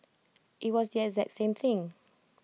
IT was the exact same thing